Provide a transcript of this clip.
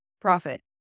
profit